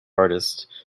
architect